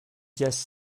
just